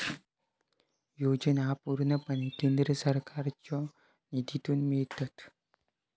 योजना पूर्णपणे केंद्र सरकारच्यो निधीतून मिळतत